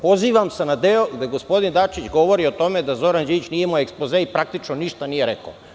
Pozivam se na deo gde gospodin Dačić govori o tome da Zoran Đinđić nije imao ekspoze i praktično ništa nije rekao.